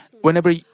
Whenever